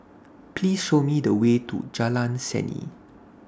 Please Show Me The Way to Jalan Seni